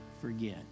forget